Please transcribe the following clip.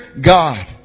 God